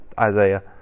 Isaiah